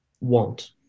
want